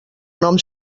nom